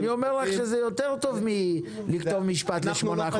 אני אומר לך שזה יותר טוב מלכתוב משפט לשמונה חודשים.